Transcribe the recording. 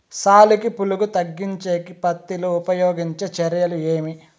సాలుకి పులుగు తగ్గించేకి పత్తి లో ఉపయోగించే చర్యలు ఏమి?